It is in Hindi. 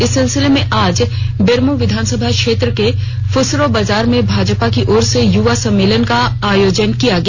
इस सिलसिले में आज बेरमो विधानसभा क्षेत्र के फुसरो बाजार में भाजपा की ओर से युवा सम्मेलन का आयोजन किया गया